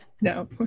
No